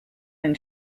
den